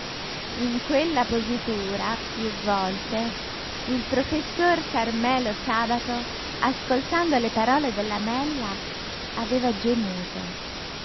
in quella positura piú volte il professore carmelo sabato ascoltando le parole del lamella aveva gemuto